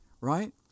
right